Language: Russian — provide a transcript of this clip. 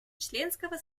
членского